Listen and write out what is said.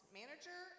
manager